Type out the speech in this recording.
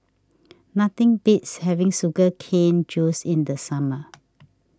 nothing beats having Sugar Cane Juice in the summer